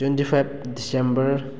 twenty five December